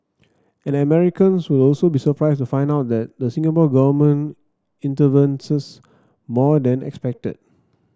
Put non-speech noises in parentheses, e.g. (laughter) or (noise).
and Americans will also be surprised to find out that the Singapore Government intervenes (unintelligible) more than expected